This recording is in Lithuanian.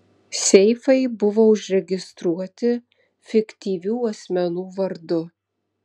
seifai buvo užregistruoti fiktyvių asmenų vardu